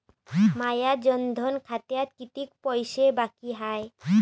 माया जनधन खात्यात कितीक पैसे बाकी हाय?